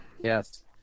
Yes